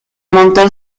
montar